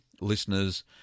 listeners